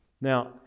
Now